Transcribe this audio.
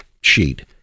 sheet